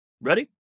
Ready